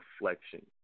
reflection